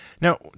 Now